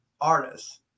artists